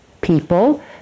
people